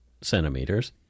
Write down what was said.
centimeters